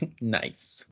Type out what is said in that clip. nice